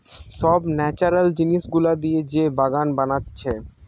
সব ন্যাচারাল জিনিস গুলা দিয়ে যে বাগান বানাচ্ছে